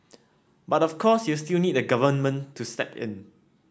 but of course you'll still need the Government to step in